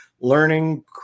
learning